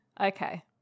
okay